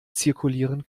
zirkulieren